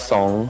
Song